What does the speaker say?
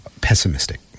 pessimistic